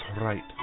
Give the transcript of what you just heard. right